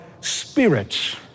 spirits